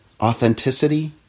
authenticity